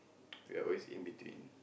we're always in between